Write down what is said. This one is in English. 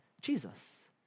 Jesus